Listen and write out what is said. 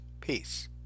Peace